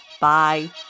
Bye